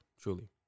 Truly